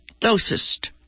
closest